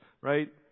right